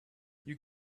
you